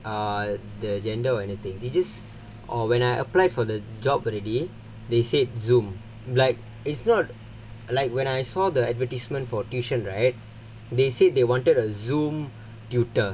uh the agenda or anything they just or when I apply for the job already they said Zoom like it's not like when I saw the advertisement for tuition right they said they wanted a Zoom tutor